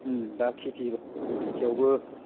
दा खिथि खिथियावबो